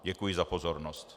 Děkuji za pozornost.